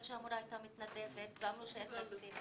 שהמורה הייתה מתנדבת ואמרו שאין תקציב.